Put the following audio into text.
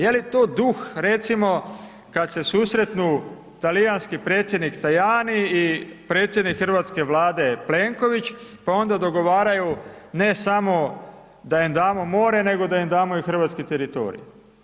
Je li to duh recimo kad se susretnu talijanski predsjednik Tajani i predsjednik Hrvatske vlade Plenković pa onda dogovaraju ne samo da im damo more nego da im damo i hrvatski teritorij.